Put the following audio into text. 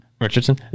Richardson